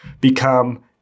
become